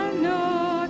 know